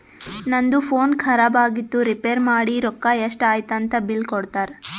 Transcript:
ನಂದು ಫೋನ್ ಖರಾಬ್ ಆಗಿತ್ತು ರಿಪೇರ್ ಮಾಡಿ ರೊಕ್ಕಾ ಎಷ್ಟ ಐಯ್ತ ಅಂತ್ ಬಿಲ್ ಕೊಡ್ತಾರ್